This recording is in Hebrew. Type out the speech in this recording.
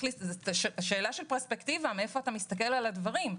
זה שאלה של פרספקטיבה מאיפה מסתכלים על הדברים.